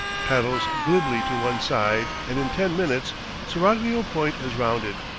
paddles glibly to one side, and in ten minutes seraglio point is rounded,